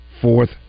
fourth